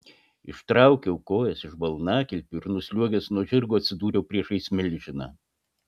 ištraukiau kojas iš balnakilpių ir nusliuogęs nuo žirgo atsidūriau priešais milžiną